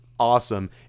awesome